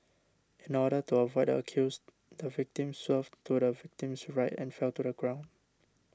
in order to avoid the accused the victim swerved to the victim's right and fell to the ground